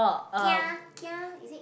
kia kia is it